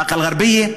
באקה אל-גרבייה.